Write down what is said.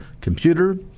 computer